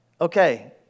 okay